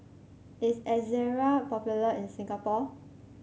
is Ezerra popular in Singapore